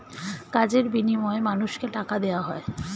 কাজের বিনিময়ে মানুষকে টাকা দেওয়া হয়